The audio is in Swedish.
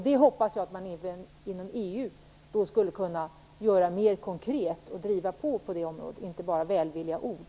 Jag hoppas att man även inom EU skulle kunna göra mer konkret på det området, att man skulle kunna driva på, och inte bara komma med välvilliga ord.